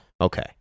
Okay